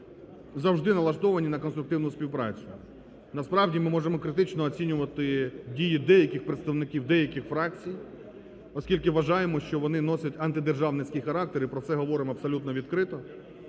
завжди налаштовані на конструктивну співпрацю. Насправді ми можемо критично оцінювати дії деяких представників деяких фракцій, оскільки вважаємо, що вони носять антидержавницький характер, і про це говоримо абсолютно відкрито.